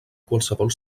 qualsevol